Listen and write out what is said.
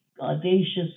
audacious